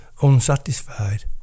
unsatisfied